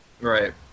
right